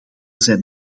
zijn